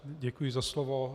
Děkuji za slovo.